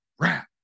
Rap